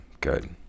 good